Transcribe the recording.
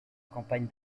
campagne